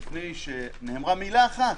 לפני שנאמרה מילה אחת: